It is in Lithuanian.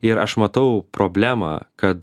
ir aš matau problemą kad